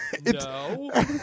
No